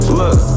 look